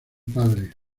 padre